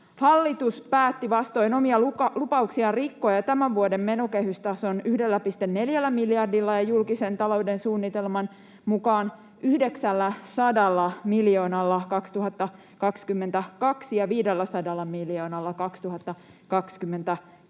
Hallitus päätti vastoin omia lupauksiaan rikkoa jo tämän vuoden menokehystason 1,4 miljardilla ja julkisen talouden suunnitelman mukaan 900 miljoonalla vuonna 2022 ja 500 miljoonalla